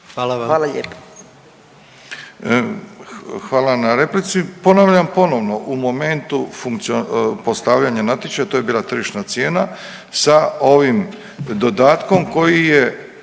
Hvala vam. **Milatić, Ivo** Hvala vam na replici. Ponavljam ponovno u momentu postavljanja natječaja to je bila tržišna cijena sa ovim dodatkom koji je